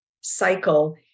cycle